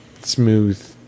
smooth